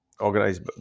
organized